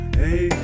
hey